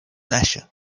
نشه